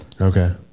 Okay